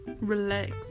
Relax